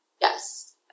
Yes